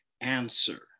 answer